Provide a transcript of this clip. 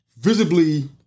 visibly